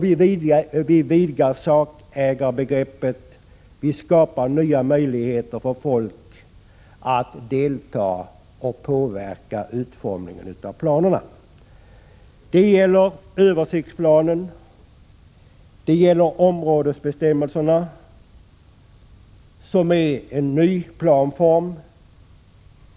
Vi vidgar sakägarbegreppet, vi skapar nya möjligheter för folk att delta och påverka utformningen av planerna. Det gäller översiktsplanen. Det gäller områdesbestämmelserna, som är en ny planform.